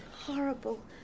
Horrible